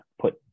put